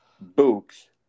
books